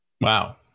Wow